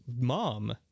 mom